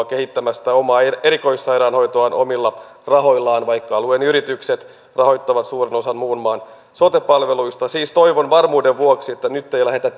kehittämästä omaa erikoissairaanhoitoaan omilla rahoillaan vaikka alueen yritykset rahoittavat suuren osan muun maan sote palveluista siis toivon varmuuden vuoksi että nyt ei lähdetä